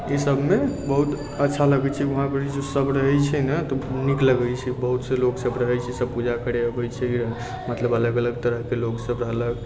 ई सबमे बहुत अच्छा लगै छै वहांँपर जे सब रहै छै ने नीक लगै छै बहुत से लोकसब रहै छै सब पूजा करै अबै छै मतलब अलग अलग तरहके लोकसब रहलक